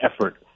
effort